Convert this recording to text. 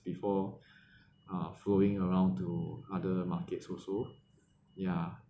before uh flowing around to other markets also ya